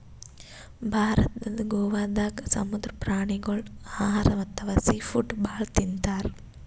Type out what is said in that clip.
ಭಾರತದ್ ಗೋವಾದಾಗ್ ಸಮುದ್ರ ಪ್ರಾಣಿಗೋಳ್ ಆಹಾರ್ ಅಥವಾ ಸೀ ಫುಡ್ ಭಾಳ್ ತಿಂತಾರ್